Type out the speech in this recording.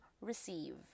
receive